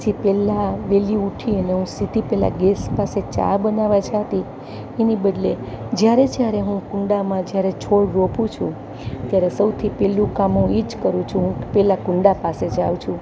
જે પહેલા વહેલી ઉઠી અને હુ સીધી પહેલા ગેસ પાસે ચા બનાવા જાતી એની બદલે જ્યારે જ્યારે હું કુંડામાં જ્યારે છોડ રોપું છું ત્યારે સૌથી પહેલું કોમ હું એ જ કરું છું હું પહેલા કુંડા પાસે જાવ છું